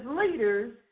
leaders